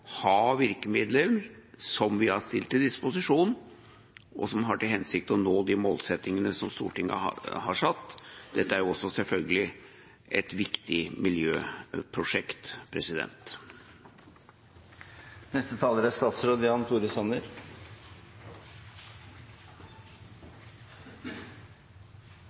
ha virkemidler, som vi har stilt til disposisjon, og som har til hensikt å nå de målsettingene som Stortinget har satt. Dette er også selvfølgelig et viktig miljøprosjekt.